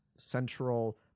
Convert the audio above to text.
central